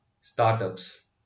startups